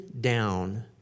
down